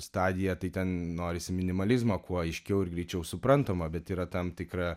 stadija tai ten norisi minimalizmo kuo aiškiau ir greičiau suprantamo bet yra tam tikra